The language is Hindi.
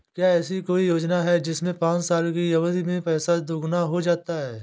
क्या ऐसी कोई योजना है जिसमें पाँच साल की अवधि में पैसा दोगुना हो जाता है?